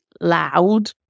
loud